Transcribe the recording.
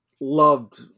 Loved